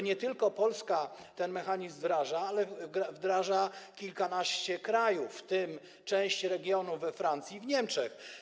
Nie tylko Polska ten mechanizm wdraża, wdraża go kilkanaście krajów, w tym część regionów we Francji i w Niemczech.